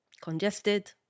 congested